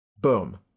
Boom